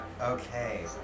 Okay